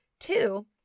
Two